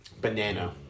banana